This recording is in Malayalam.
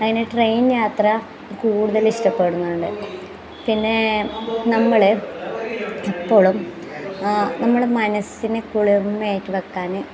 അയിന് ട്രെയിൻ യാത്ര കൂടുതലിഷ്ടപ്പെടുന്നുണ്ട് പിന്നെ നമ്മൾ എപ്പോഴും നമ്മുടെ മനസ്സിനെ കുളിർമ്മയായിട്ട് വയ്ക്കാൻ